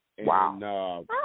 Wow